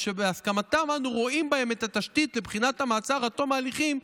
ושבהסכמתם אנו רואים בהם את התשתית לבחינת המעצר עד תום ההליכים,